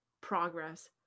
progress